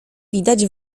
widać